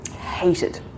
hated